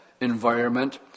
environment